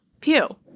pew